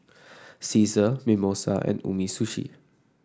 Cesar Mimosa and Umisushi